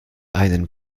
einen